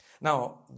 Now